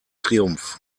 triumph